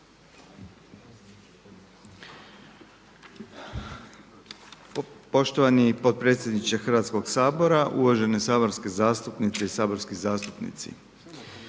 Poštovani potpredsjedniče Hrvatskog sabora, uvažene saborske zastupnike i saborski zastupnici.